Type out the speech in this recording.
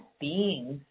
beings